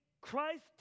Christ